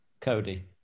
Cody